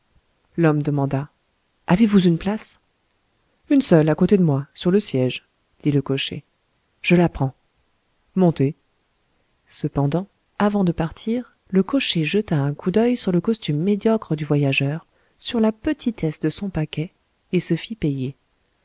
l'homme demanda avez-vous une place une seule à côté de moi sur le siège dit le cocher je la prends montez cependant avant de partir le cocher jeta un coup d'oeil sur le costume médiocre du voyageur sur la petitesse de son paquet et se fit payer